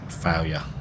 failure